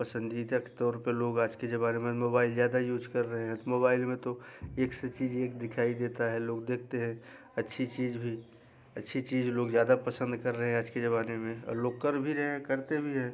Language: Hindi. और पसंदीदा के तौर पर लोग आज के ज़माने में मोबाईल ज़्यादा युज कर रहे हैं मोबाईल में तो एक से चीज़ एक दिखाई देती है लोग देखते हैं अच्छी चीज़ भी अच्छी चीज़ लोग ज़्यादा पसंद कर रहे हैं आज के ज़माने में और लोग कर भी रहे हैं करते भी हैं